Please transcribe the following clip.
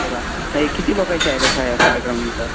हो का ताई किती लोकांचा आहे तसा हे कार्यक्रम तुमचा